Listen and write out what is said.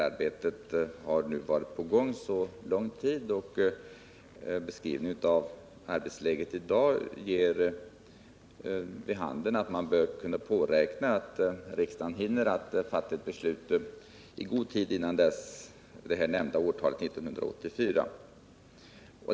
Arbetet har nu pågått lång tid, och beskrivningen av arbetsläget i dag ger vid handen att man bör kunna påräkna att riksdagen hinner fatta ett beslut i god tid före det nämnda årtalet 1984.